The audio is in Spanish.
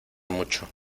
mucho